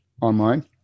online